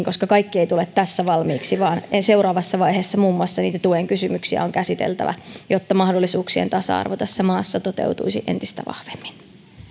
koska kaikki ei tule tässä valmiiksi vaan seuraavassa vaiheessa muun muassa niitä tuen kysymyksiä on käsiteltävä jotta mahdollisuuksien tasa arvo tässä maassa toteutuisi entistä vahvemmin